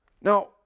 Now